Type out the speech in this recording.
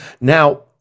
now